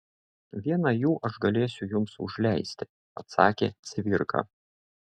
vieną jų aš galėsiu jums užleisti atsakė cvirka